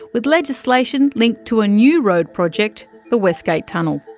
with legislation linked to a new road project, the west gate tunnel.